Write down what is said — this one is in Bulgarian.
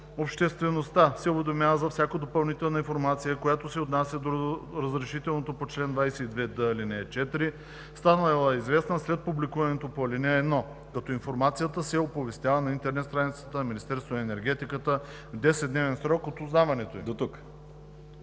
Обществеността се уведомява за всяка допълнителна информация, която се отнася до разрешителното по чл. 22д, ал. 4, станала известна след публикуването по ал. 1, като информацията се оповестява на интернет страницата на Министерството на енергетиката в 10-дневен срок от узнаването ѝ.“